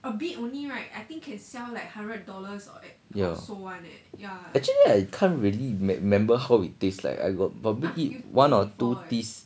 ya actually I can't really remember how it taste like I got probably eat one or two piece